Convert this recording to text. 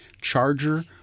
Charger